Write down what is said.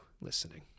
listening